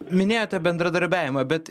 minėjote bendradarbiavimą bet